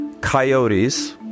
coyotes